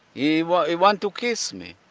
he want he want to kiss me.